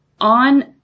on